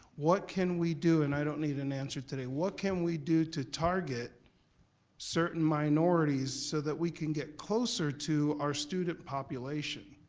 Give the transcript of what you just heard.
what can we do, and i don't need an answer today, what can we do to target certain minorities so that we can get closer to our student population?